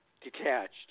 detached